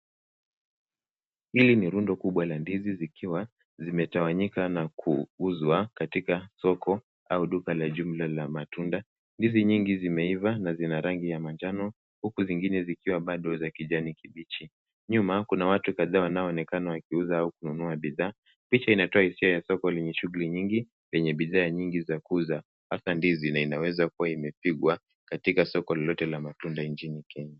Hili ni rundo kubwa la ndizi zikiwa zimetawanyika na kuuzwa katika soko au duka la jumla la matunda. Ndizi nyingi zimeiva na zina rangi ya manjano huku zingine zikiwa bado za kijani kibichi. Nyuma kuna watu kadhaa wanaoonekana wakiuza au kununua bidhaa. picha inatoa hisia ya soko lenye shughuli nyingi yenye bidhaa nyingi za kuuzwa haswa ndizi na inaweza kuwa imepigwa katika soko lolote la matunda nchini Kenya.